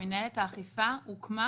--- מנהלת האכיפה הוקמה